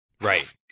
Right